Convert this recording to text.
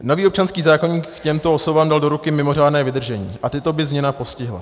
Nový občanský zákoník těmto osobám dal do ruky mimořádné vydržení a tyto by změna postihla.